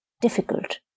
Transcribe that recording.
difficult